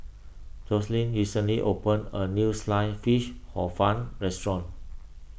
Jocelyn recently opened a new Sliced Fish Hor Fun restaurant